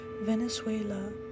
Venezuela